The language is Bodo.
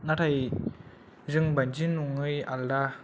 नाथाय जों बादि नंयै आलदा